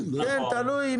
תלוי.